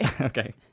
Okay